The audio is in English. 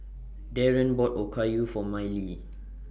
Dereon bought Okayu For Miley